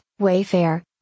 Wayfair